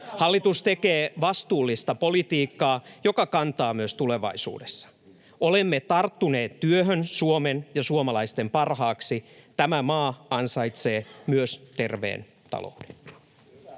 Hallitus tekee vastuullista politiikkaa, joka kantaa myös tulevaisuudessa. Olemme tarttuneet työhön Suomen ja suomalaisten parhaaksi. Tämä maa ansaitsee myös terveen talouden.